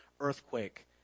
earthquake